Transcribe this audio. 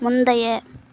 முந்தைய